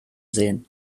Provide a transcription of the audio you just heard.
sehen